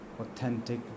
authentic